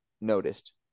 noticed